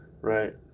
Right